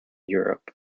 europe